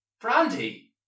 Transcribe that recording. Brandy